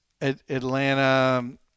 Atlanta